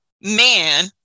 man